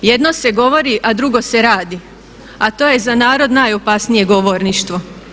Jedno se govori, a drugo se radi, a to je za narod najopasnije govorništvo.